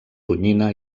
tonyina